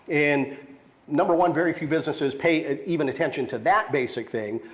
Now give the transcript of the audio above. and number one, very few businesses pay and even attention to that basic thing.